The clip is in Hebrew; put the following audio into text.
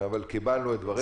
אבל קיבלנו את דבריך.